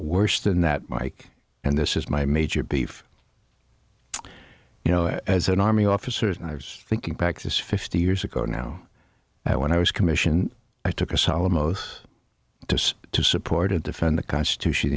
worse than that mike and this is my major beef you know as an army officer and i was thinking back to this fifty years ago now that when i was commissioned i took a solemn oath to say to support a defend the constitution